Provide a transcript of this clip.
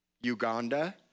Uganda